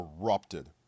erupted